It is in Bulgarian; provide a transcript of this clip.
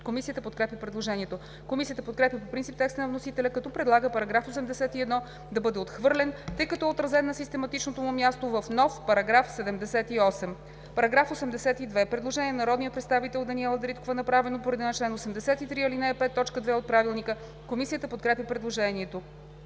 Комисията подкрепя предложението. Комисията подкрепя по принцип текста на вносителя, като предлага § 81 да бъде отхвърлен, тъй като е отразен на систематичното му място в нов § 78. По § 82 има предложение на народния представител Даниела Дариткова, направено по реда на чл. 83, ал. 5, т. 2 от ПОДНС. Комисията подкрепя предложението.